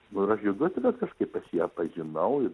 nu ir aš džiaugiuosi kad kažkaip aš ją pažinau